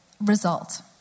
Result